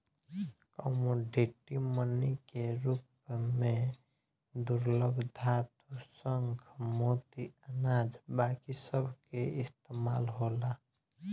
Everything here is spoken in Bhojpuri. कमोडिटी मनी के रूप में दुर्लभ धातु, शंख, मोती, अनाज बाकी सभ के इस्तमाल होला